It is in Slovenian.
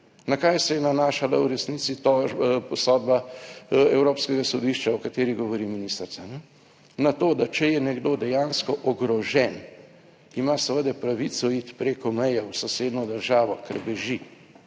Na kaj se je nanašala v resnici tožba po sodbah Evropskega sodišča, o kateri govori ministrica. Na to, da če je nekdo dejansko ogrožen, ima seveda pravico iti preko meje v sosednjo državo, ker beži